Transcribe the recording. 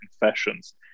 confessions